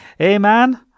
Amen